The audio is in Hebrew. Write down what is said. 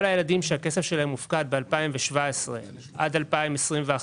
כל הילדים שהכסף שלהם הופקד בפיקדון בריבית קבועה בין 2017 ועד 2021,